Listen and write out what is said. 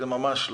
ממש לא.